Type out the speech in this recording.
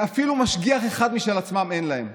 ואפילו משגיח אחד משל עצמם אין להם.